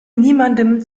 niemandem